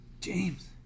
James